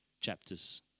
chapters